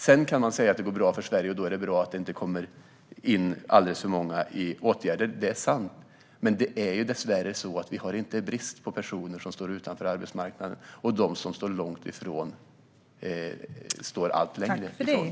Man kan säga att det går bra för Sverige och att det då är bra att det inte kommer in alldeles för många i åtgärder, men det är dessvärre så att vi inte har någon brist på personer som står utanför arbetsmarknaden. De som står långt ifrån arbetsmarknaden står också allt längre ifrån den.